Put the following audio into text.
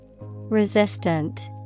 Resistant